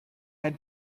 had